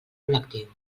col·lectiu